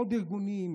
עוד ארגונים,